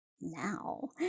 now